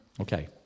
Okay